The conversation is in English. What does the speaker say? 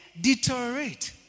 deteriorate